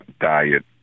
diet